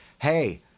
hey